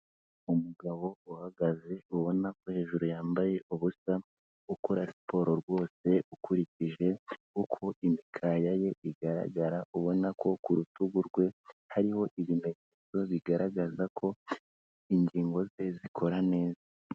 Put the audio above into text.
Umugabo uhagaze ubona ko hejuru yambaye ubusa, ukora siporo rwose ukurikije uko imikaya ye igaragara ubona ko ku rutugu rwe hariho ibimenyetso bigaragaza ko ingingo ze zikora neza.